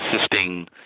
assisting